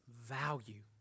value